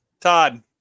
Todd